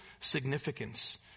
significance